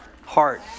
heart